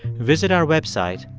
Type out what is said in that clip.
visit our website,